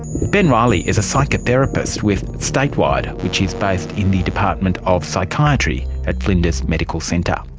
ben riley is a psychotherapist, with statewide, which is based in the department of psychiatry at flinders medical centre.